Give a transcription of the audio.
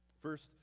First